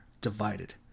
divided